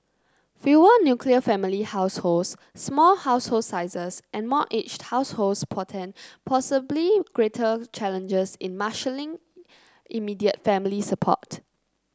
fewer nuclear family households small household sizes and more aged households portend possibly greater challenges in marshalling immediate family support